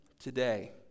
Today